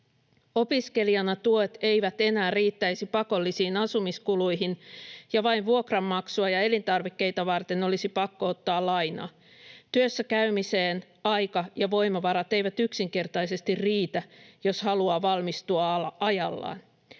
”Opiskelijana tuet eivät enää riittäisi pakollisiin asumiskuluihin ja vain vuokranmaksua ja elintarvikkeita varten olisi pakko ottaa lainaa. Työssä käymiseen aika ja voimavarat eivät yksinkertaisesti riitä, jos haluaa valmistua ajallaan.”